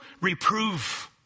reprove